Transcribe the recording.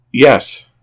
Yes